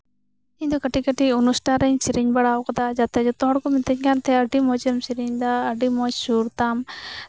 ᱤᱧ ᱫᱚ ᱠᱟᱹᱴᱤᱡ ᱠᱟᱹᱴᱤᱡ ᱚᱱᱩᱥᱴᱷᱟᱱ ᱨᱤᱧ ᱥᱮᱨᱮᱧ ᱵᱟᱲᱟᱣᱟᱠᱟᱫᱟ ᱡᱟᱛᱮ ᱡᱚᱛᱚ ᱦᱚᱲ ᱠᱚ ᱢᱤᱛᱟᱹᱧ ᱠᱟᱱ ᱛᱟᱸᱦᱮᱜ ᱟᱹᱰᱤ ᱢᱚᱸᱡᱮᱢ ᱥᱮᱨᱮᱫᱟ ᱟᱹᱰᱤ ᱢᱚᱸᱡ ᱥᱩᱨ ᱛᱟᱢ